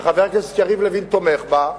שחבר הכנסת יריב לוין תומך בה,